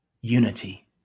unity